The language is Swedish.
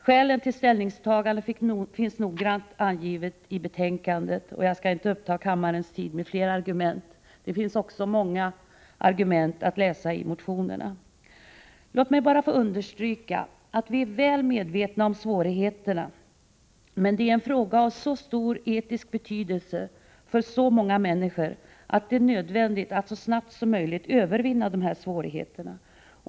Skälen till vårt ställningstagande finns noggrant angivna i betänkandet, och jag skall inte uppta kammarens tid med att nämna fler. Det finns även många argument i motionerna. Låt mig bara understryka att vi är väl medvetna om svårigheterna, men det är en fråga av så stor etisk betydelse för så många människor att det är nödvändigt att så snart som möjligt övervinna dessa svårigheter.